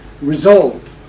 resolved